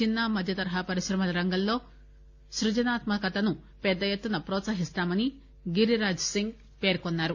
చిన్న మధ్యతరహా పరిశ్రమల రంగంలో సృజనాత్మకతను పెద్దఎత్తున ప్రోత్సహిస్తామని గిరిరాజ్ సింగ్ పేర్కొన్నారు